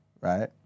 right